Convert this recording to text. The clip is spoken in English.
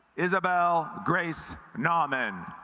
isabelle grace naaman